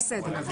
בסדר.